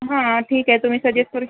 हां ठीक आहे तुम्ही सजेस्ट करू